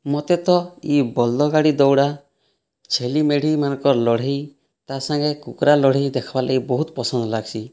ମୋତେ ତ ଇ ବଲଦ ଗାଡ଼ି ଦୌଡ଼ା ଛେଲି ମେଢ଼ିମାନଙ୍କର ଲଢ଼ାଇ ତା ସାଙ୍ଗେ କୁକୁରା ଲଢ଼ାଇ ଦେଖିବାର୍ ଲାଗି ବହୁତ ପସନ୍ଦ ଲାଗ୍ସି